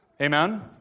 Amen